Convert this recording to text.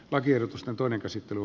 lakiehdotusten toinen käsittely